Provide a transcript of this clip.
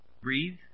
Breathe